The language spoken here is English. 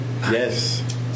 Yes